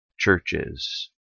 Churches